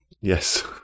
yes